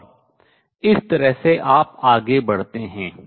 और इस तरह से आप आगे बढ़ते हैं